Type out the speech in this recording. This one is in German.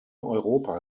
europa